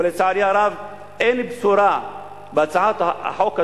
אבל לצערי הרב אין בשורה בהצעת החוק הזו,